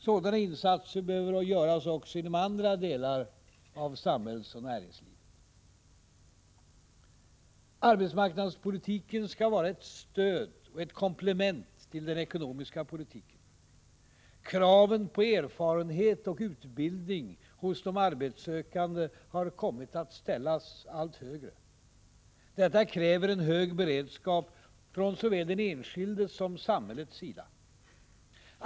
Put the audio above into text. Sådana insatser behöver göras också inom andra delar av samhällsoch näringslivet. Arbetsmarknadspolitiken skall vara ett stöd och ett komplement till den ekonomiska politiken. Kraven på erfarenhet och utbildning hos de arbetssökande har kommit att ställas allt högre. Detta kräver en hög beredskap från såväl den enskildes som samhällets sida.